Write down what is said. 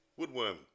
Woodworm